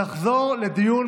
נתקבלה.